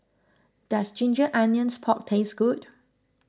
does Ginger Onions Pork taste good